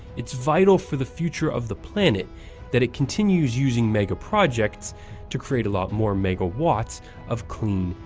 it's vital for the future of the planet that it continues using megaprojects to create a lot more megawatts of clean,